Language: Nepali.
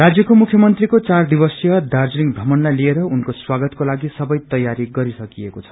राज्यको मुख्यमंत्रीको चार दिवसीय दार्जीलिङ भ्रमणलाई लिएर उनको स्वागतको लग्रे सबै तयारी गरिसकिएको छ